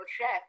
chef